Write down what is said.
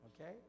okay